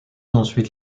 ensuite